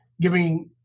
giving